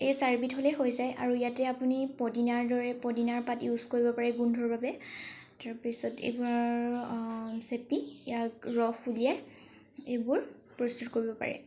এই চাৰিবিধ হ'লেই হৈ যায় আৰু ইয়াতে আপুনি পদিনাৰ দৰে পদিনাৰ পাত ইউজ কৰিব পাৰে গোন্ধৰ বাবে তাৰপিছত এইবাৰ চেপি ইয়াক ৰস উলিয়াই এইবোৰ প্ৰস্তুত কৰিব পাৰে